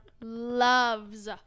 loves